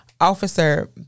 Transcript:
Officer